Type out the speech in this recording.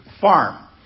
farm